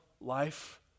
life